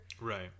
right